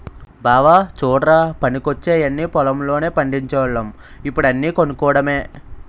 బావా చుడ్రా పనికొచ్చేయన్నీ పొలం లోనే పండిచోల్లం ఇప్పుడు అన్నీ కొనుక్కోడమే